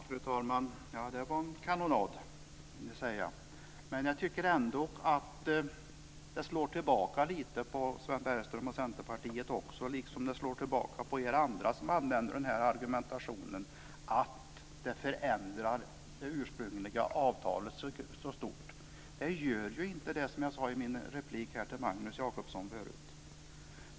Fru talman! Det var en kanonad - det säger jag. Men jag tycker ändå att det slår tillbaka lite på Sven Bergström och Centerpartiet, liksom det slår tillbaka på de andra som argumenterar att det förändrar det ursprungliga avtalet så mycket. Det gör ju inte det, vilket jag sade i min replik till Magnus Jacobsson förut.